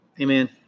Amen